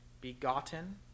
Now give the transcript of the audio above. begotten